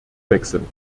wechseln